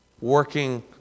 working